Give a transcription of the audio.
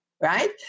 right